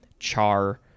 char